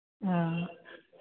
हा